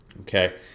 okay